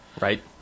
Right